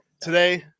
Today